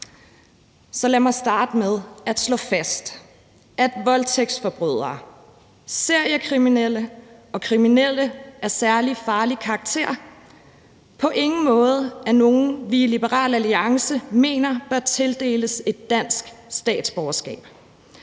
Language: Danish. Så lad mig starte med at slå fast, at voldtægtsforbrydere, seriekriminelle og personer, der har begået kriminalitet af særlig farlig karakter, på ingen måde er nogen, vi i Liberal Alliance mener bør tildeles et dansk statsborgerskab.